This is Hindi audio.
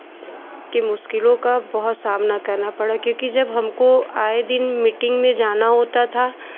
के मुश्किलों का बहुत सामना करना पड़ा क्योंकि जब हमको आए दिन मीटिंग में जाना होता था